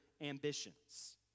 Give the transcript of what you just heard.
ambitions